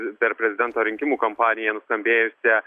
per prezidento rinkimų kampaniją nuskambėjusią